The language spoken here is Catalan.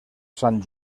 sant